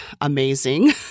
amazing